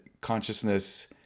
consciousness